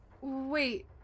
Wait